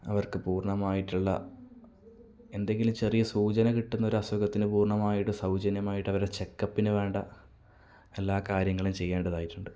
അവർക്ക് പൂർണ്ണമായിട്ടുള്ള എന്തെങ്കിലും ചെറിയ സൂചന കിട്ടുന്നൊര് അസുഖത്തിന് പൂർണ്ണമായിട്ട് സൗജന്യമായിട്ടവരെ ചെക്ക് അപ്പിന് വേണ്ട എല്ലാ കാര്യങ്ങളും ചെയ്യേണ്ടതായിട്ടുണ്ട്